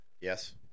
Yes